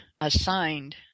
assigned